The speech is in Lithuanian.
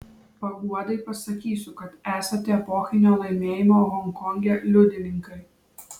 paguodai pasakysiu kad esate epochinio laimėjimo honkonge liudininkai